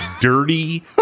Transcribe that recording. dirty